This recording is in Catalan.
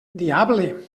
diable